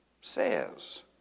says